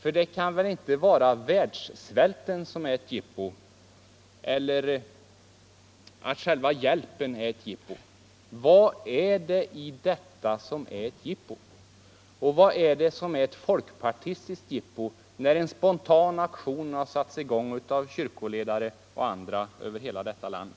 För det kan väl inte vara världssvälten som är ett jippo eller själva hjälpen som är ett jippo? Vad är det i detta som är jippo? Vad 109 är det som är ett folkpartistiskt jippo när en aktion spontant har satts i gång av kyrkans ledare och andra över hela landet?